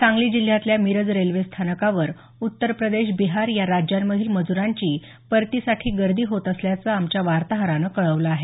सांगली जिल्ह्यातल्या मिरज रेल्वेस्थानकावर उत्तरप्रदेश बिहार या राज्यांमधील मजुरांची परतीसाठी गर्दी होत असल्याचं आमच्या वार्ताहरानं कळवलं आहे